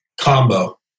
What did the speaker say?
Combo